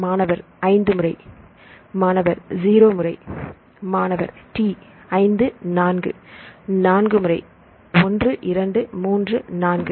மாணவர் 5 முறை மாணவர் 0 முறை 0 மாணவர் டி 5 4 4 முறை 1 2 3 4